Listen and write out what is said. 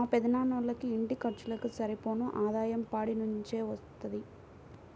మా పెదనాన్నోళ్ళకి ఇంటి ఖర్చులకు సరిపోను ఆదాయం పాడి నుంచే వత్తది